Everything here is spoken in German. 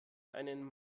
einen